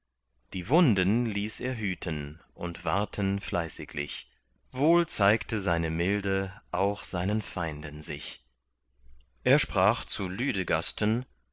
die wunden ließ er hüten und warten fleißiglich wohl zeigte seine milde auch an seinen feinden sich er sprach zu